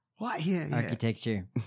architecture